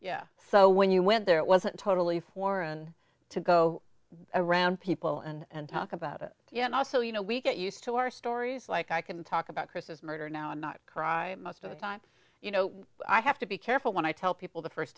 d so when you went there it wasn't totally foreign to go around people and talk about it yeah and also you know we get used to our stories like i can talk about chris's murder now and not cry most of the time you know i have to be careful when i tell people the